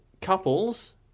couples